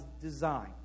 design